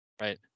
Right